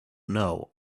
know